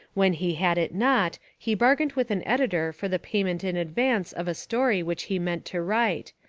when he had it not he bargained with an editor for the payment in advance of a story which he meant to write,